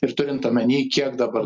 ir turint omeny kiek dabar